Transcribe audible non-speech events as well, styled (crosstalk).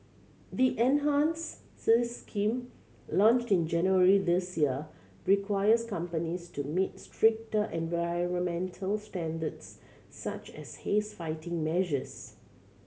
the enhanced (unintelligible) scheme launched in January this year requires companies to meet stricter environmental standards such as haze fighting measures